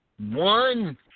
One